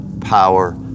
power